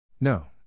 No